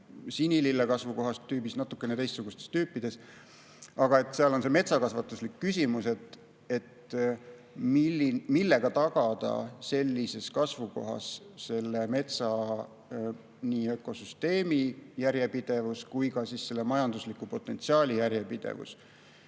sinilille kasvukohatüübis ehk natukene teistsugustes tüüpides. Aga seal on metsakasvatuslik küsimus, millega tagada sellises kasvukohas nii metsa ökosüsteemi järjepidevus kui ka majandusliku potentsiaali järjepidevus.